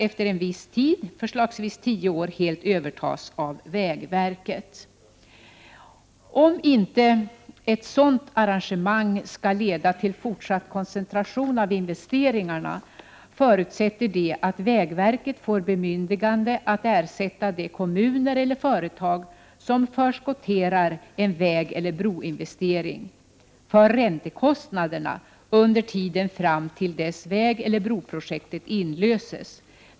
Efter en viss tid, förslagsvis tio år, kan de helt övertas av vägverket. Om inte ett sådant arrangemang skall leda till fortsatt koncentration av investeringarna, förutsätter det att vägverket får bemyndigande att ersätta de kommuner eller företag som förskotterar en vägeller broinvestering för räntekostnaderna under tider fram till dess vägeller broprojektet inlöses.